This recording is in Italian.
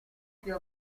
più